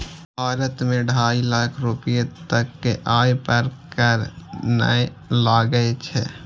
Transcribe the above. भारत मे ढाइ लाख रुपैया तक के आय पर कर नै लागै छै